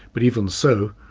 but even so,